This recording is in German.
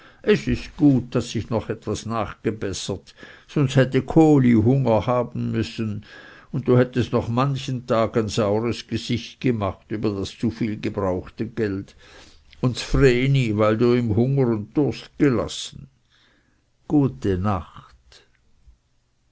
es ist gut daß ich noch etwas nachgebessert sonst hätte kohli hunger haben müssen und du hättest noch manchen tag ein saures gesicht gemacht über das zu viel gebrauchte geld und ds vreni weil du ihm hunger und durst gelassen gute nacht